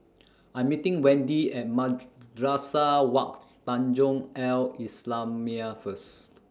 I'm meeting Wendi At Madrasah Wak Tanjong Al Islamiah First